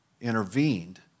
intervened